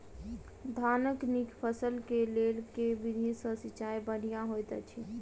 धानक नीक फसल केँ लेल केँ विधि सँ सिंचाई बढ़िया होइत अछि?